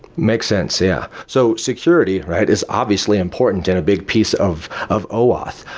makes sense, yeah. so security is obviously important in a big piece of of oauth.